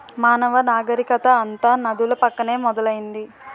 మానవ నాగరికత అంతా నదుల పక్కనే మొదలైంది